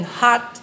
hot